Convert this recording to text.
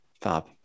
Fab